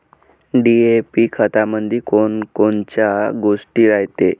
DAP खतामंदी कोनकोनच्या गोष्टी रायते?